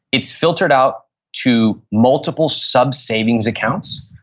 it's filtered out to multiple sub savings accounts.